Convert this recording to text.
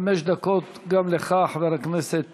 חמש דקות גם לך, חבר הכנסת